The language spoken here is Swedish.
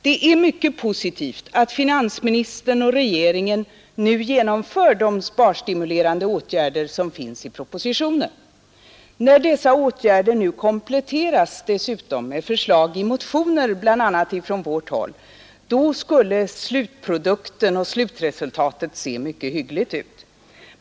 Det är mycket positivt att finansministern och regeringen nu genomför de sparstimulerande åtgärder, som föreslås i propositionen. Om dessa åtgärder nu dessutom kompletterades med motionsförslag, bl.a. från vårt håll, så skulle slutprodukten och slutresultatet se mycket hyggligt ut.